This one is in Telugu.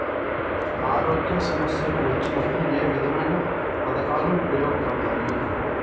ఆరోగ్య సమస్యలు వచ్చినప్పుడు ఏ విధమైన పథకాలు ఉపయోగపడతాయి